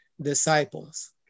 disciples